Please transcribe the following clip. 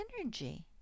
energy